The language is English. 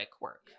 work